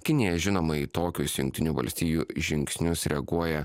kinija žinoma į tokius jungtinių valstijų žingsnius reaguoja